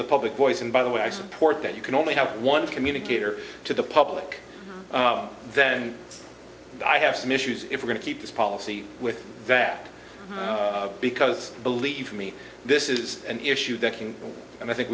the public voice and by the way i support that you can only have one communicator to the public then i have some issues if we're going to keep this policy with that because believe me this is an issue that can and i think